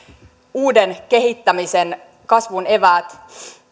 uuden kehittämisen ja kasvun eväät